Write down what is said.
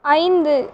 ஐந்து